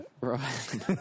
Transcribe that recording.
right